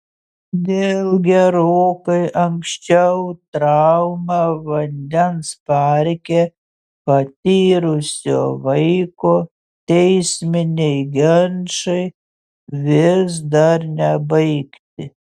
dėl gerokai anksčiau traumą vandens parke patyrusio vaiko teisminiai ginčai vis dar nebaigti